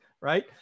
Right